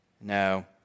No